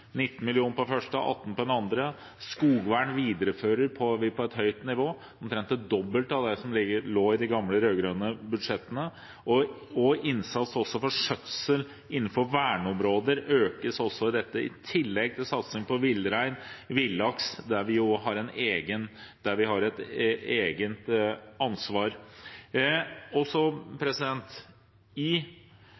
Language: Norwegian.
19 mill. kr til det første og 18 mill. kr til det andre. Skogvern viderefører vi på et høyt nivå – omtrent det dobbelte av det som lå i de gamle rød-grønne budsjettene. Innsatsen på skjøtsel innenfor verneområder økes også, i tillegg til satsing på villrein og villaks, der vi har et eget ansvar. I felles klimamål med EU forplikter vi